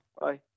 Bye